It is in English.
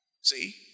See